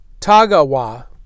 Tagawa